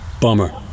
bummer